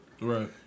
Right